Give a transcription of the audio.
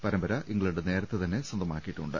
പരമ്പര ഇംഗ്ലണ്ട് നേര ത്തെതന്നെ സ്വന്തമാക്കിയിട്ടുണ്ട്